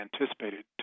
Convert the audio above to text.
anticipated